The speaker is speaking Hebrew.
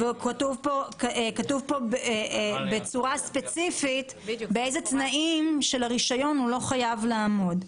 כתוב כאן בצורה ספציפית באיזה תנאים של הרישיון הוא לא חייב לעמוד.